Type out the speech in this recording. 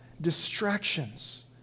distractions